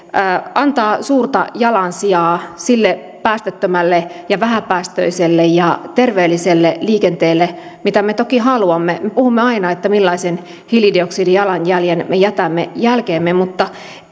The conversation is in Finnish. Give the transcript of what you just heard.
antaa suurta jalansijaa sille päästöttömälle ja vähäpäästöiselle ja terveelliselle liikenteelle mitä me toki haluamme me puhumme aina siitä millaisen hiilidioksidijalanjäljen me jätämme jälkeemme mutta